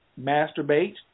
masturbate